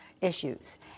issues